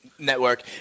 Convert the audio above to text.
network